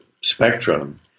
spectrum